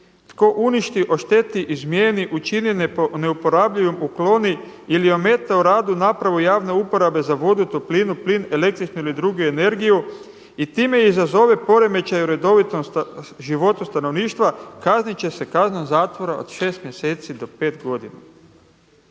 tko uništi, ošteti, izmijeni, učini neuporabljivim, ukloni ili ometa u radu javne uporabe za vodu, toplinu, plin, električnu ili drugu energiju i time izazove poremećaj u redovitom životu stanovništva kaznit će se kaznom zatvora od šest mjeseci do pet godina.